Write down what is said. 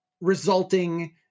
resulting